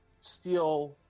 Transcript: steal